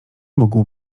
mógł